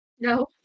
No